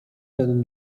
ten